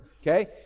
Okay